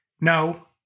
no